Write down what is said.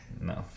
no